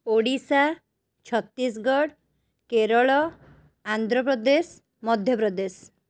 Odisha Chhattisgarh Kerala Andhra Pradesh Madhya Pradesh